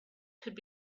could